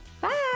Bye